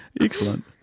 Excellent